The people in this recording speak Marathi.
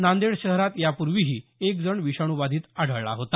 नांदेड शहरात यापूर्वीही एक जण विषाणू बाधित सापडला होता